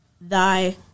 thy